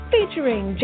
Featuring